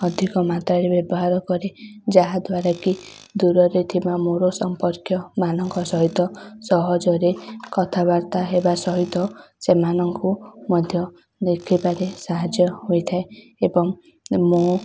ଅଧିକ ମାତ୍ରାରେ ବ୍ୟବହାର କରେ ଯାହାଦ୍ୱାରା କି ଦୂରରେ ଥିବା ମୋର ସମ୍ପର୍କୀୟ ମାନଙ୍କ ସହିତ ସହଜରେ କଥାବାର୍ତ୍ତା ହେବା ସହିତ ସେମାନଙ୍କୁ ମଧ୍ୟ ଦେଖିବାରେ ସାହାଯ୍ୟ ହୋଇଥାଏ ଏବଂ ମୁଁ